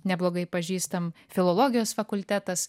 neblogai pažįstam filologijos fakultetas